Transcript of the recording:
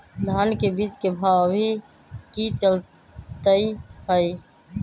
धान के बीज के भाव अभी की चलतई हई?